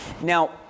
Now